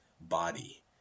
body